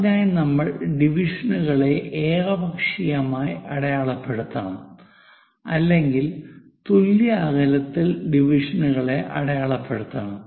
അതിനായി നമ്മൾ ഡിവിഷനുകളെ ഏകപക്ഷീയമായി അടയാളപ്പെടുത്തണം അല്ലെങ്കിൽ തുല്യ അകലത്തിൽ ഡിവിഷനുകളെ അടയാളപ്പെടുത്തണം